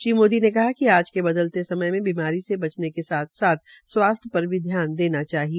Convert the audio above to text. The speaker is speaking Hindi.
श्री मोदी ने कहा कि आज के बदलते समय में बीमारी से बचने के साथ साथ स्वास्थ्य पर भी ध्यान देना चाहिए